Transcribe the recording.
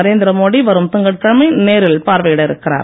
நரேந்திர மோடி வரும் திங்கட்கிழமை நேரில் பார்வையிட இருக்கிறார்